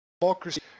democracy